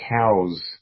cows